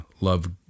love